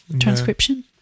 Transcription